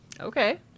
okay